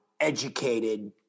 educated